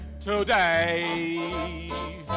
today